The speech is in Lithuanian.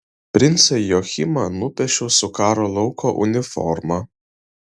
princą joachimą nupiešiau su karo lauko uniforma